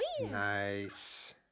Nice